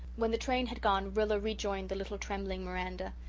when the train had gone rilla rejoined the little trembling miranda.